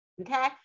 Okay